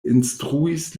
instruis